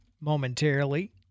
momentarily